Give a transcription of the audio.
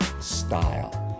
style